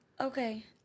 Okay